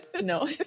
No